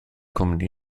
cwmni